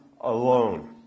alone